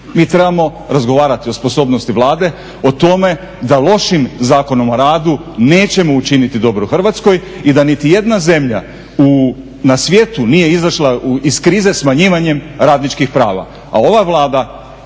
mi trebamo razgovarati o sposobnosti Vlade, o tome da lošim Zakonom o radu nećemo učiniti dobro Hrvatskoj i da niti jedna zemlja na svijetu nije izašla iz krize smanjivanjem radničkih prava.